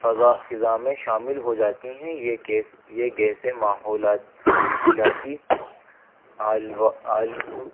فضا فضا میں شامل ہو جاتی ہیں یہ کیس یہ گیسیں ماحولیاتی آلو